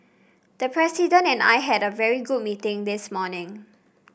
the president and I had a very good meeting this morning